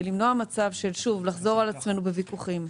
למנוע צורך לחזור על עצמנו בוויכוחים,